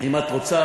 אם את רוצה